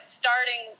starting